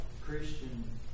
Christian